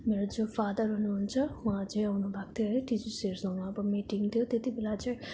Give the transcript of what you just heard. मेरो जो फादर हुनुहुन्छ उहाँ चाहिँ आउनु भएको थियो टिचर्सहरूसँग अब मिटिङ थियो त्यति बेला चाहिँ